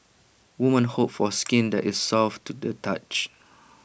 women hope for skin that is soft to the touch